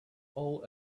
all